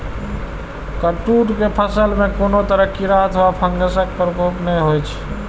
कट्टू के फसल मे कोनो तरह कीड़ा अथवा फंगसक प्रकोप नहि होइ छै